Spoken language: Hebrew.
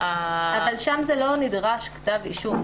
שם לא נדרש כתב אישום.